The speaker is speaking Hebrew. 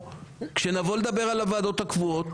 כשנבוא לדבר על הוועדות הקבועות,